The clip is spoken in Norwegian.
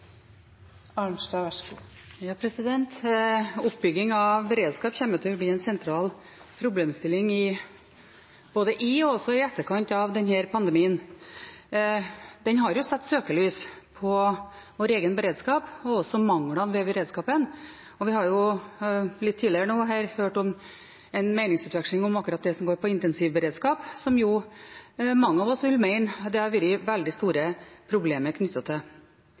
Oppbygging av beredskap kommer til å bli en sentral problemstilling, både under og i etterkant av denne pandemien. Den har satt søkelys på vår egen beredskap og manglene ved beredskapen, og vi har litt tidligere nå hørt en meningsutveksling om akkurat det som går på intensivberedskap, som mange av oss vil mene det har vært veldig store problemer knyttet til.